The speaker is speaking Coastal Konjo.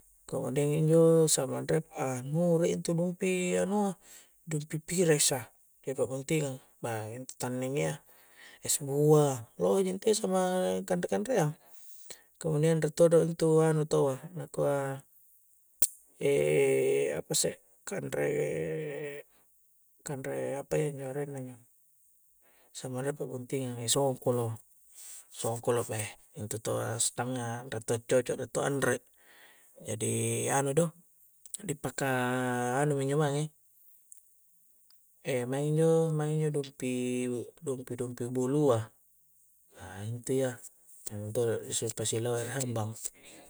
Kemudian injo' samang re' pa anu rie' intu dumpi' anua' dumpi' piresa ri pa'buntingang bah intu' tanning iya, es buah lohe' ji intu' ya samang kanre-kanreang', kemudian re' todo intu' anu tawwa, nakua' e' apa isse' kanre', kanre' apa injo' re' arengna njo', samang re' pabuntingan' songkolo' songkolo' beh intu' tawwa astangang re ' to' coco' re' to' anre', jadi anuido dipaka' anumi injo' mange' e' maeng injo', maeng njo' dumpi' dumpi'-dumpi' bulu'a a intu' ya pasi-pasi' lohe hambang'